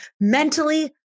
mentally